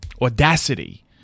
audacity